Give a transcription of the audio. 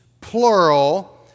plural